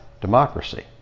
democracy